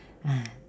!hais!